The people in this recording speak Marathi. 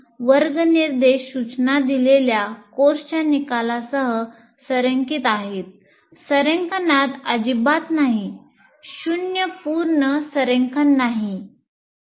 वर्ग निर्देश सूचना दिलेल्या कोर्सच्या निकालांसह संरेखित आहेत संरेखणात अजिबात नाही म्हणजे 0 पूर्ण संरेखन म्हणजे 5